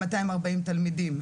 240 תלמידים,